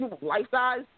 life-size